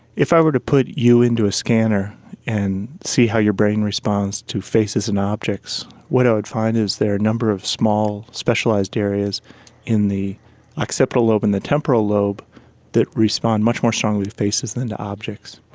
if i were to put you into a scanner and see how your brain responds to faces and objects, what i would find is there are a number of small specialised areas in the occipital lobe and the temporal lobe that respond much more strongly to faces than to objects.